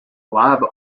live